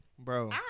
Bro